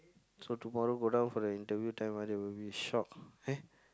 so tomorrow go down for the interview then they will be shocked eh